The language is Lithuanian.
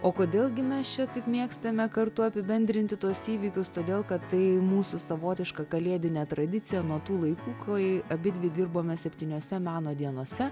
o kodėl gi mes čia taip mėgstame kartu apibendrinti tuos įvykius todėl kad tai mūsų savotiška kalėdinė tradicija nuo tų laikų kai abidvi dirbome septyniose meno dienose